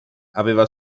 aveva